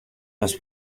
más